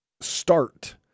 start